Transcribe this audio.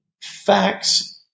facts